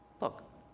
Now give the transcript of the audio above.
Look